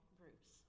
groups